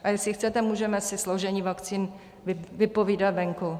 A jestli chcete, můžeme si složení vakcín vypovídat venku.